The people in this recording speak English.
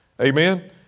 Amen